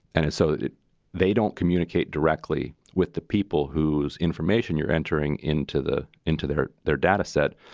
and and so that they don't communicate directly with the people whose information you're entering into the into their their data set.